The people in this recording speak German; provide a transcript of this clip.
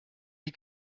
die